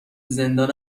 زندان